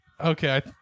okay